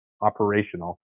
operational